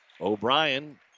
O'Brien